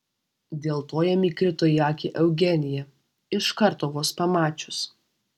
dėl to jam įkrito į akį eugenija iš karto vos pamačius